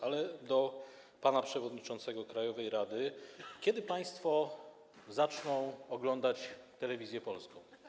Ale do pana przewodniczącego krajowej rady: Kiedy państwo zaczną oglądać Telewizję Polską?